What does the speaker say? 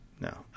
No